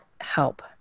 help